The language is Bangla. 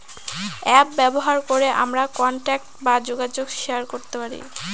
অ্যাপ ব্যবহার করে আমরা কন্টাক্ট বা যোগাযোগ শেয়ার করতে পারি